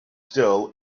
still